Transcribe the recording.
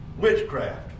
witchcraft